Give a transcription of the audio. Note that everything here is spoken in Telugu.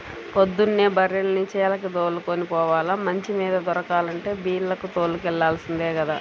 పొద్దున్నే బర్రెల్ని చేలకి దోలుకొని పోవాల, మంచి మేత దొరకాలంటే బీల్లకు తోలుకెల్లాల్సిందే గదా